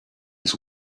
his